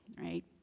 right